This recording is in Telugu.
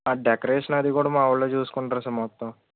సార్ డెకరేషన్ అది కూడా మా వాళ్ళే చూసుకుంటారు సార్ మొత్తం